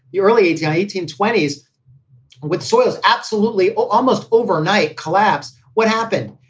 the early age. nineteen twenties with soils. absolutely. well, almost overnight collapse. what happened?